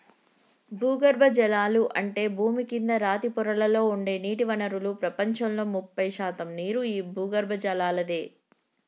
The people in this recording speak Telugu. భూగర్బజలాలు అంటే భూమి కింద రాతి పొరలలో ఉండే నీటి వనరులు ప్రపంచంలో ముప్పై శాతం నీరు ఈ భూగర్బజలలాదే